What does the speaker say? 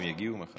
אם יגיעו מחר.